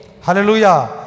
Hallelujah